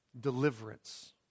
deliverance